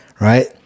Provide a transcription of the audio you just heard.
right